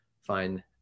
fine